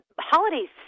holidays